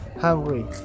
Hungary